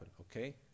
Okay